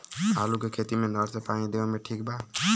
आलू के खेती मे नहर से पानी देवे मे ठीक बा?